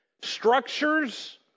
structures